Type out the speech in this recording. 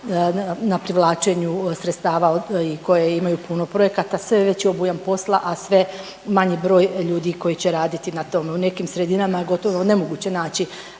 na privlačenju sredstava i koje imaju puno projekata, sve veći obujam posla, a sve manji broj ljudi koji će raditi na tom. U nekim sredinama je gotovo nemoguće naći